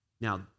Now